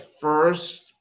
first